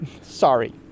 sorry